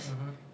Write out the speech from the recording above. mmhmm